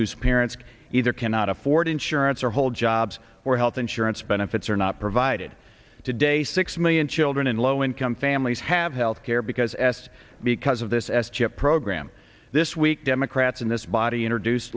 whose parents either cannot afford insurance or hold jobs where health insurance benefits are not provided today six million children in low income families have health care because s because of this s chip program this week democrats in this body introduced